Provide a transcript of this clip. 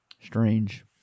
strange